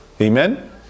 Amen